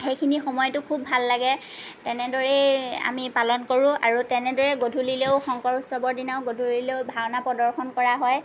সেইখিনি সময়তো খুব ভাল লাগে তেনেদৰেই আমি পালন কৰোঁ আৰু তেনেদৰেই গধূলিলেও শংকৰ উৎসৱৰ দিনাও গধূলিলেও ভাওনা প্ৰদৰ্শন কৰা হয়